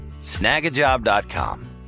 snagajob.com